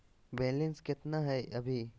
Balance केतना हय अभी?